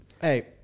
Hey